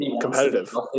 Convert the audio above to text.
competitive